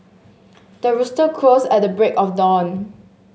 the rooster crows at the break of dawn